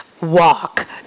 walk